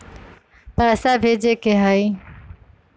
पैसा भेजे के हाइ?